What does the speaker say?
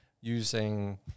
using